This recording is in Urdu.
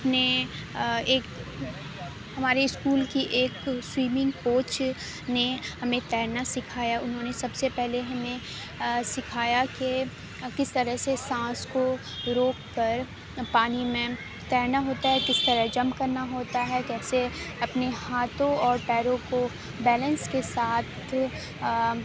اپنے ایک ہمارے اسکول کی ایک سوئمنگ کوچ نے ہمیں تیرنا سکھایا انہوں نے سب سے پہلے ہمیں سکھایا کہ کس طرح سے سانس کو روک کر پانی میں تیرنا ہوتا ہے کس طرح جمپ کرنا ہوتا ہے جیسے اپنے ہاتھوں اور پیروں کو بیلنس کے ساتھ